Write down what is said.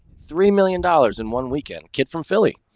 three million dollars in one weekend kid from philly.